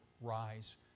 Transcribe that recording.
rise